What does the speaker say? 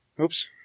Oops